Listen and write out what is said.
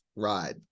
ride